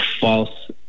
false